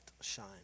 shine